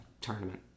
tournament